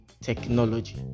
technology